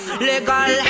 legal